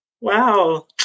Wow